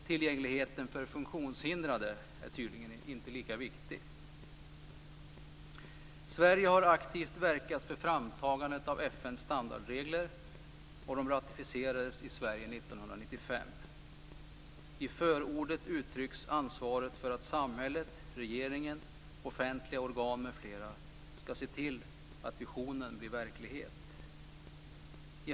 Tillgängligheten för funktionshindrade är tydligen inte lika viktig. Sverige har aktivt verkat för framtagandet av FN:s standardregler. Dessa ratificerades i Sverige år 1995. I förordet uttrycks ansvaret för att samhället - regeringen, offentliga organ m.fl. - skall se till att visionen blir verklighet.